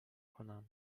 کنم